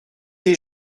des